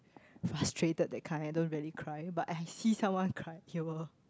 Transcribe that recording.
frustrated that kind don't really cry but I see someone cry and will